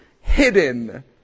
hidden